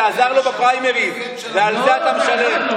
זה עזר לו בפריימריז ועל זה אתה משלם.